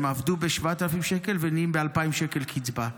הם עבדו ב-7,000 שקל ונהיים ב-2,000 שקל קצבה.